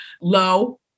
low